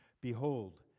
Behold